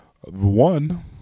One